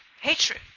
hatred